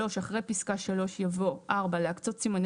(3) אחרי פסקה (3) יבוא: "(4) להקצות סימני